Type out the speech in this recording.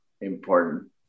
important